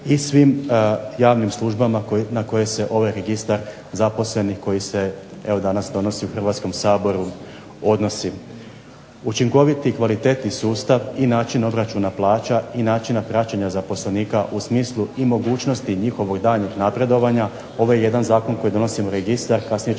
i svim javnim službama na koje se ovaj registar zaposlenih koji se evo danas donosi u Hrvatskom saboru odnosi. Učinkovit i kvalitetni sustav i način obračuna plaća, i načina praćenja zaposlenika u smislu i mogućnosti njihovog daljnjeg napredovanja ovo je jedan zakon u kojem donosimo registar, a kasnije ćemo